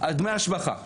דמי השבחה.